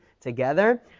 together